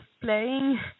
playing